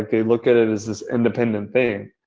they look at it as this independent thing.